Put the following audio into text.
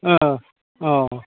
औ औ